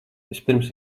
vispirms